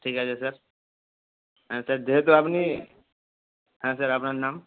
ঠিক আছে স্যার হ্যাঁ স্যার যেহেতু আপনি হ্যাঁ স্যার আপনার নাম